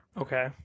Okay